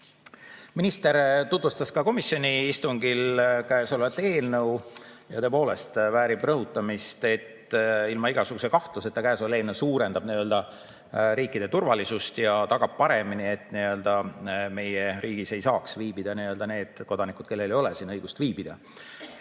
Minister tutvustas ka komisjoni istungil käesolevat eelnõu. Tõepoolest väärib rõhutamist, et ilma igasuguse kahtluseta suurendab käesolev eelnõu riikide turvalisust ja tagab paremini, et meie riigis ei saaks viibida need kodanikud, kellel ei ole õigust siin viibida.